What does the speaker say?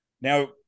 now